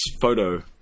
photo